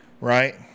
Right